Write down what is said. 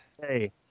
Hey